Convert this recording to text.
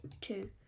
two